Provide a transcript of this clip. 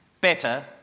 better